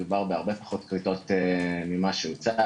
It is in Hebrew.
מדובר בהרבה פחות כריתות ממה שהוצג.